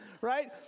right